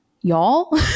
Y'all